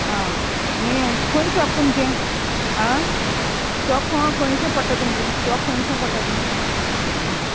आं आनी हे खंय शॉप तुमचें आं शॉप खंय खंयशें पडटा तुमचें शॉप खंयशें पडटा तुमचें